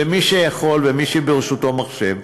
למי שיכול ולמי שברשותו מחשב.